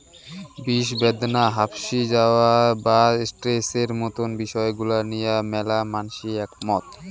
বিষব্যাদনা, হাপশি যাওয়া বা স্ট্রেসের মতন বিষয় গুলা নিয়া ম্যালা মানষি একমত